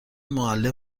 معلم